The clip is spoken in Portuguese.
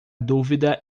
dúvida